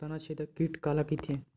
तनाछेदक कीट काला कइथे?